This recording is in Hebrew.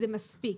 זה מספיק.